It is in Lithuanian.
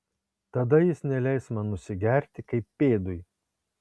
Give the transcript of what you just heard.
tada jis neleis man nusigerti kaip pėdui